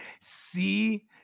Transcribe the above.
See